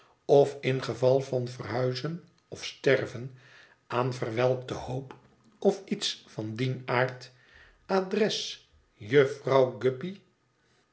of in geval van verhuizen of sterven aan verwelkte hoop of iets van dien aard adres